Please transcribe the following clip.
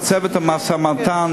בצוות המשא-ומתן,